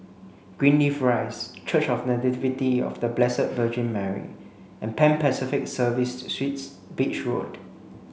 Greenleaf Rise Church of The Nativity of The Blessed Virgin Mary and Pan Pacific Serviced Suites Beach Road